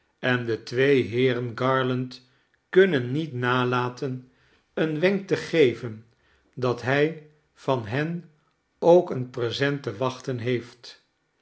en de twee heeren garland kunnen niet nalaten een wenk te geven dat hij van hen ook een present te wachten heeft